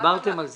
זה